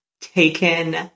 taken